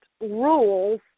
rules